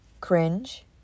cringe